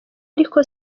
ariko